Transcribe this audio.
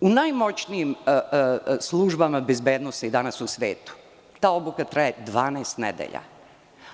U najmoćnijim službama bezbednosti danas u svetu ta obuka traje 12 nedelja,